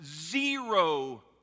zero